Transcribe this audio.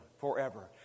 forever